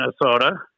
minnesota